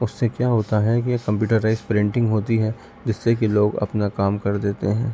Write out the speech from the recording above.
اس سے کیا ہوتا ہے کہ کمپیوٹرائز پرنٹنگ ہوتی ہے جس سے کہ لوگ اپنا کام کر دیتے ہیں